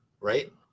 Right